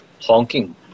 honking